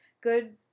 good